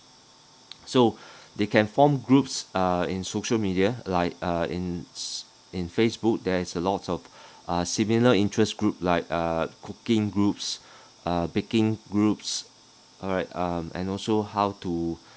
so they can form groups uh in social media like uh in s~ in facebook there is a lot of uh similar interest group like uh cooking groups uh baking groups alright um and also how to